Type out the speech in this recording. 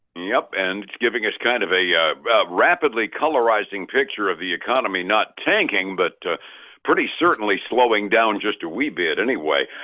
yep. and giving us kind of a rapidly colorizing picture of the economy not tanking but pretty certainly slowing down just a wee bit, anyway.